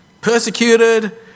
persecuted